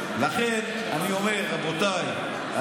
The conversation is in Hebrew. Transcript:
רגע, הוא אומר שזה לא הוויכוח.